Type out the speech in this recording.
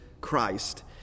Christ